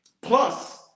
plus